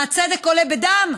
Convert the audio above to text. מה, הצדק עולה בדם?